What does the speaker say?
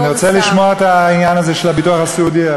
אני מבקש לשמוע את העניין הזה של הביטוח הסיעודי.